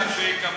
העיקר שיקבלו.